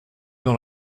dans